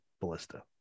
Ballista